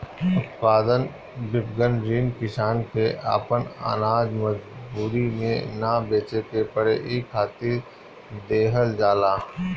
उत्पाद विपणन ऋण किसान के आपन आनाज मजबूरी में ना बेचे के पड़े इ खातिर देहल जाला